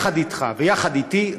יחד איתך ויחד איתי,